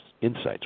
insights